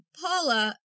Paula